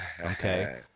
okay